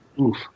Oof